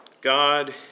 God